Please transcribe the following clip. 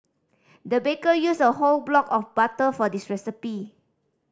the baker used a whole block of butter for this recipe